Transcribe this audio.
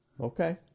Okay